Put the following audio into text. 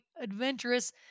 adventurous